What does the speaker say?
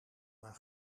maar